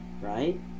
Right